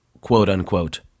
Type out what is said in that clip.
quote-unquote